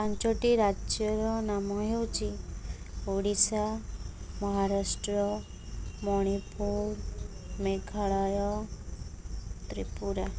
ପାଞ୍ଚଟି ରାଜ୍ୟର ନାମ ହେଉଛି ଓଡ଼ିଶା ମହାରାଷ୍ଟ୍ର ମଣିପୁର ମେଘାଳୟ ତ୍ରିପୁରା